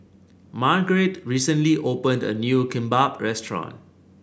Marguerite recently opened a new Kimbap Restaurant